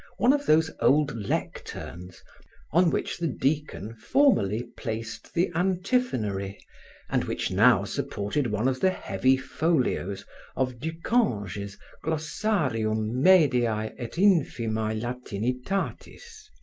one of those old lecterns on which the deacon formerly placed the antiphonary and which now supported one of the heavy folios of du cange's glossarium mediae et infimae latinitatis.